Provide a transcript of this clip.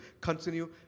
continue